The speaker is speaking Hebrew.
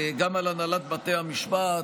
גם על הנהלת בתי המשפט,